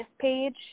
page